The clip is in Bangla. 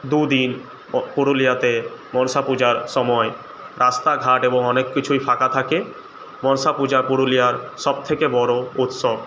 দুদিন পু পুরুলিয়াতে মনসা পূজার সময় রাস্তাঘাট এবং অনেক কিছুই ফাঁকা থাকে মনসা পূজা পুরুলিয়ার সবথেকে বড়ো উৎসব